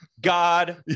god